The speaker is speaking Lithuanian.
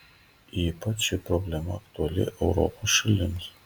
ypač ši problema aktuali europos šalims